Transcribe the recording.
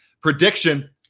prediction